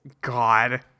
God